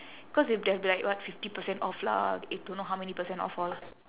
cause if they have black what fifty percent off lah don't know how many percent off all